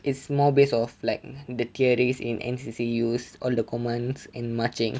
it's more based of the theories in N_C_C used all the commands and marching